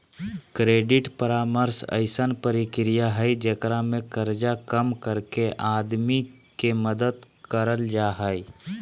credit परामर्श अइसन प्रक्रिया हइ जेकरा में कर्जा कम करके आदमी के मदद करल जा हइ